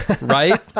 right